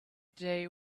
day